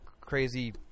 crazy